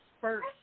first